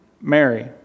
Mary